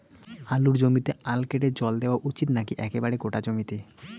আলুর জমিতে আল কেটে জল দেওয়া উচিৎ নাকি একেবারে গোটা জমিতে?